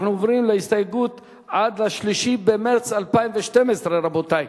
אנחנו עוברים להסתייגות, עד 3 במרס 2012, רבותי.